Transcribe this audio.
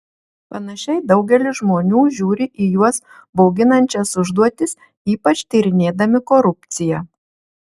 panašiai daugelis žmonių žiūri į juos bauginančias užduotis ypač tyrinėdami korupciją